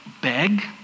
beg